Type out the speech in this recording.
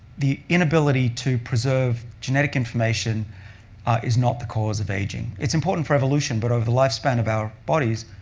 the inability to preserve genetic information is not the cause of aging. it's important for evolution, but over the lifespan of our bodies,